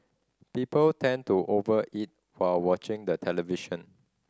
people tend to over eat while watching the television